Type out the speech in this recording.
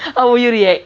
how will you react